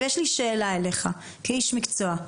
יש לי שאלה אליך כאיש מקצוע,